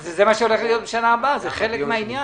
זה מה שהולך להיות בשנה הבאה, זה חלק מן העניין.